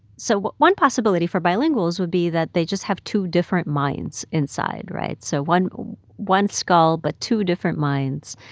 so one possibility for bilinguals would be that they just have two different minds inside right? so one one skull but two different minds,